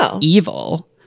evil